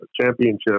championship